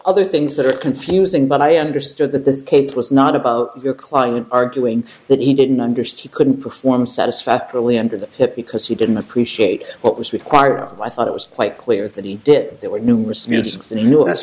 other things that are confusing but i understood that this case was not about your client arguing that he didn't understand couldn't perform satisfactorily ended it because he didn't appreciate what was required of the i thought it was quite clear that he did there were numerous